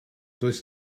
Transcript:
does